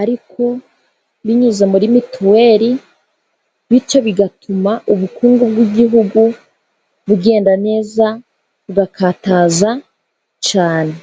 ariko binyuze muri mituweli, bityo bigatuma ubukungu bw'igihugu bugenda neza bugakataza cyane.